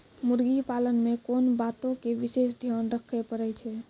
मुर्गी पालन मे कोंन बातो के विशेष ध्यान रखे पड़ै छै?